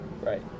Right